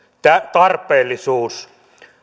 tarpeellisuus